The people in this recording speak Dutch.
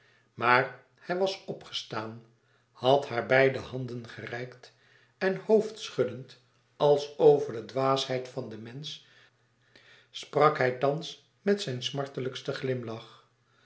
maar hij was opgestaan had haar beide handen gereikt en hoofdschuddend als over de dwaasheid van den mensch sprak hij thans met zijn smartelijksten glimlach